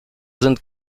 sind